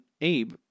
abe